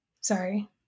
Sorry